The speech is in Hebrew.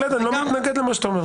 לא מתנגד למה שאתה אומר.